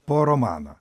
po romaną